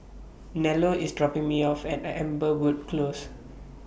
Nello IS dropping Me off At Amberwood Close